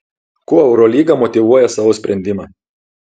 kuo eurolyga motyvuoja savo sprendimą